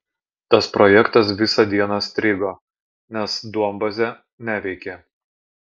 tas projektas visą dieną strigo nes duombazė neveikė